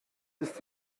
ist